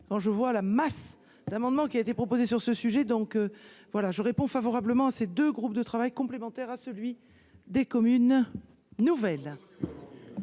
je vois la masse d'amendement qui a été proposé sur ce sujet, donc voilà, je réponds favorablement ces 2 groupes de travail complémentaire à celui des communes nouvelles.